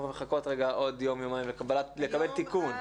יכולים לחכות עוד יום-יומיים לקבל תיקון.